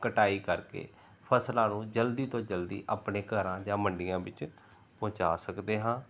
ਕਟਾਈ ਕਰਕੇ ਫਸਲਾਂ ਨੂੰ ਜਲਦੀ ਤੋਂ ਜਲਦੀ ਆਪਣੇ ਘਰਾਂ ਜਾਂ ਮੰਡੀਆਂ ਵਿੱਚ ਪਹੁੰਚਾ ਸਕਦੇ ਹਾਂ